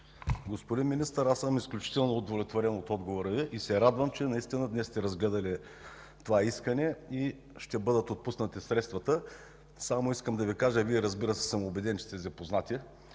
Господин Министър, аз съм изключително удовлетворен от отговора Ви и се радвам, че наистина днес сте разгледали това искане и ще бъдат отпуснати средствата. Само искам да Ви кажа, Вие, разбира се, съм убеден, че сте запознати